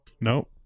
Nope